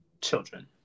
children